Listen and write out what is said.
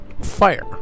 fire